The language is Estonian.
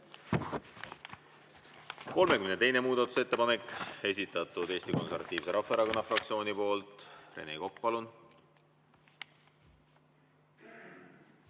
32. muudatusettepanek, esitatud Eesti Konservatiivse Rahvaerakonna fraktsiooni poolt. Rene Kokk, palun!